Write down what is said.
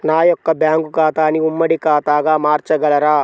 నా యొక్క బ్యాంకు ఖాతాని ఉమ్మడి ఖాతాగా మార్చగలరా?